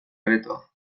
aretoa